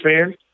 fans